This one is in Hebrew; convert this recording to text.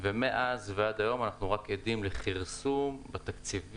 ומאז ועד היום אנחנו רק עדים לכרסום בתקציבים